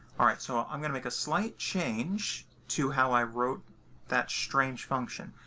ah right. so i'm going to make a slight change to how i wrote that strange function.